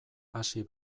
hasi